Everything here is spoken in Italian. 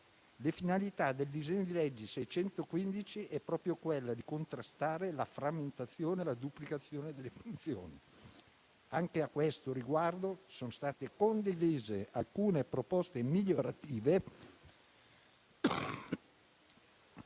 La finalità del disegno di legge n. 615 è proprio quella di contrastare la frammentazione e la duplicazione delle funzioni. Anche a questo riguardo sono state condivise alcune proposte migliorative,